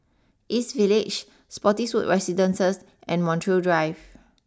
East Village Spottiswoode Residences and Montreal Drive